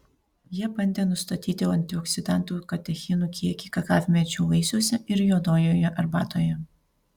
jie bandė nustatyti antioksidantų katechinų kiekį kakavmedžių vaisiuose ir juodojoje arbatoje